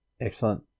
Excellent